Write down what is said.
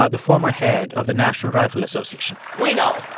ah the former head of the national rifle association we know,